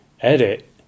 edit